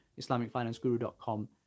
IslamicFinanceGuru.com